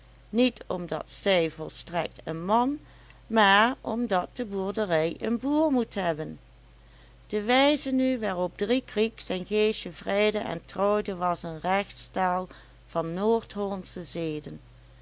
niet omdat zij volstrekt een man maar omdat de boerderij een boer moet hebben de wijze nu waarop dries riek zijn geesje vrijde en trouwde was een recht staal van noordhollandsche zeden